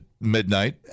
midnight